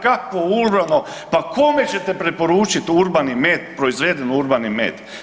Kakvo urbano, pa kome ćete preporučit urbani med, proizveden urbani med?